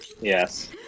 Yes